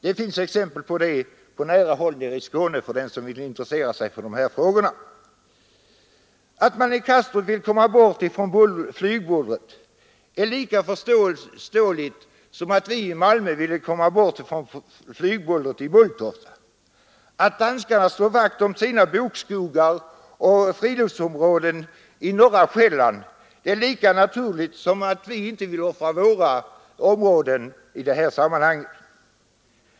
Det finns exempel på detta på nära håll nere i Skåne för den som vill intressera sig för dessa frågor. Att man i Kastrup vill komma bort från flygbullret är lika förståeligt som att vi i Malmö vill komma bort från flygbullret i Bulltofta. Att danskarna slår vakt om sina bokskogar och friluftsområden på norra Själland är lika naturligt som att vi inte vill offra våra områden.